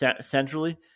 centrally